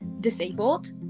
disabled